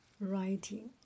writing